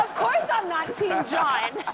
course i'm not team john!